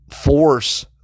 force